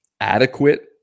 adequate